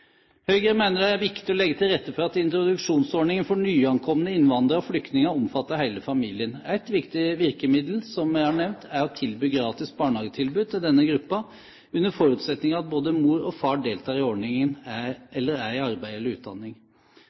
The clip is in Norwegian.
Høyre mener det er viktig å legge til rette for at introduksjonsordningen for nyankomne innvandrere og flyktninger omfatter hele familien. Et viktig virkemiddel, som jeg har nevnt, er å tilby gratis barnehage til den gruppen, under forutsetning av at både mor og far deltar i ordningen, eller er i arbeid eller utdanning.